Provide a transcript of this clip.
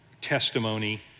testimony